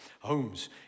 homes